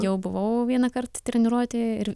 jau buvau vienąkart treniruotėj ir